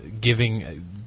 giving